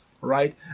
right